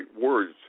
words